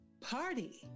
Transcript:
party